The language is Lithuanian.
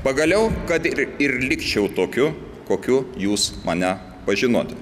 pagaliau kad ir ir likčiau tokiu kokiu jūs mane pažinote